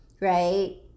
right